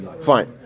fine